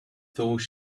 though